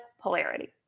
polarity